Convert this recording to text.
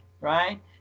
Right